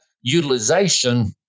utilization